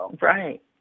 Right